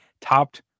topped